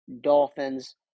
Dolphins